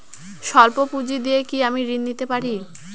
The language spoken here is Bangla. সল্প পুঁজি দিয়ে কি আমি ঋণ পেতে পারি?